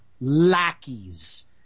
Lackeys